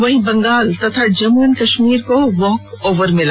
वहीं बंगाल तथा जम्मू एंड कश्मीर को वाक ओवर मिला